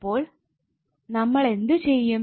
അപ്പോൾ നമ്മൾ എന്ത് ചെയ്യും